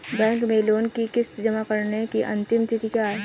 Bank में loan की किश्त जमा कराने की अंतिम तिथि क्या है?